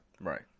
Right